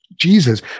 Jesus